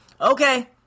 Okay